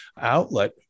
outlet